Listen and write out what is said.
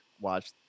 watch